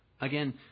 again